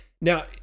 Now